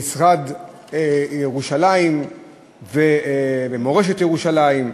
במשרד ירושלים ובמורשת ירושלים,